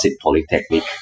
Polytechnic